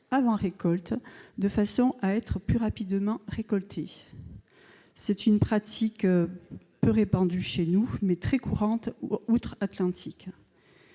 avant récolte, de façon à être plus rapidement récolté. Cette pratique, peu répandue chez nous, est très courante outre-Atlantique.